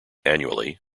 annually